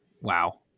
wow